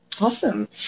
Awesome